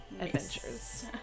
adventures